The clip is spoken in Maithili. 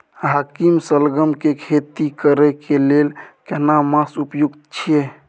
हाकीम सलगम के खेती करय के लेल केना मास उपयुक्त छियै?